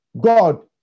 God